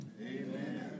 Amen